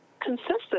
consistent